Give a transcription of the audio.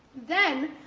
then,